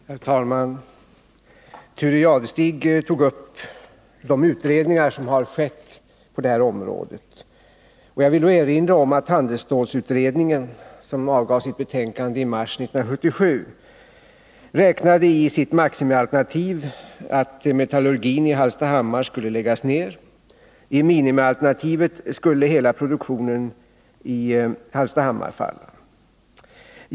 Herr talman! Thure Jadestig tog upp de utredningar som har gjorts på detta område. Jag vill då erinra om att handelsstålsutredningen, som avgav sitt betänkande i mars 1977, i sitt maximialternativ räknade med att metallurgin i Hallstahammar skulle läggas ned. Enligt minimialternativet skulle hela produktionen i Hallstahammar falla.